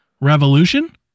Revolution